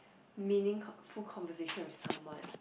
meaningful conversation with someone